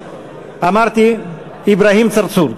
אמרתי, אברהים צרצור.